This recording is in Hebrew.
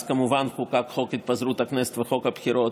אז כמובן חוקקו חוק התפזרות הכנסת וחוק הבחירות,